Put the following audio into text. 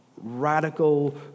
radical